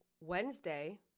Wednesday